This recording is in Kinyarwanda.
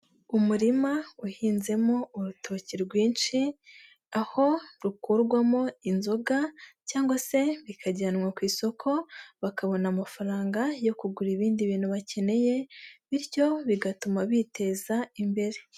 Uurima wahinzemo urutoki rwinshi aho rukorwamo inzoga cyangwa se bikajyanwa ku isoko, bakabona amafaranga yo kugura ibindi bintu bakeneye, bityo bigatuma biteza imbere.